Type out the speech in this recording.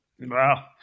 Wow